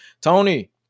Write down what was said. Tony